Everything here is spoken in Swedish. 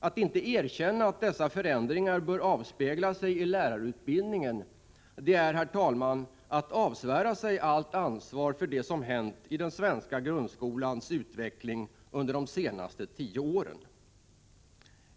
Att inte erkänna att alla dessa förändringar bör avspegla sig i lärarutbildningen, det är, herr talman, att avsvära sig allt ansvar för det som hänt under den svenska grundskolans utveckling de senaste tio åren.